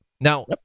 Now